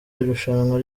irushanwa